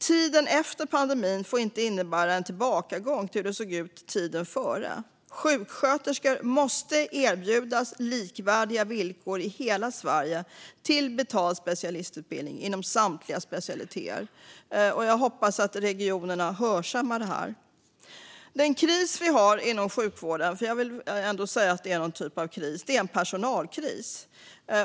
Tiden efter pandemin får inte innebära en tillbakagång till hur det såg ut före pandemin. Sjuksköterskor måste erbjudas lika villkor i hela Sverige när det gäller betald specialistutbildning inom samtliga specialiteter. Jag hoppas att regionerna hörsammar detta. Den kris vi har inom sjukvården - jag vill ändå hävda att det är en typ av kris - är en personalkris.